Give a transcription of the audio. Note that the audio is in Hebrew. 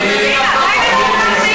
תשים את זה בפרוטוקול.